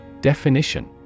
Definition